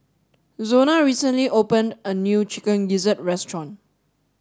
Zona recently opened a new chicken gizzard restaurant